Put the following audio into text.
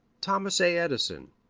thomas a. edison,